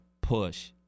Push